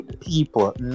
people